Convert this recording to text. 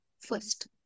first